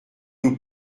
nous